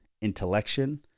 Intellection